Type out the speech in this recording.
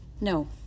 no